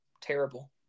terrible